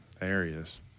areas